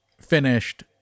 finished